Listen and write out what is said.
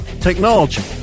technology